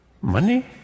money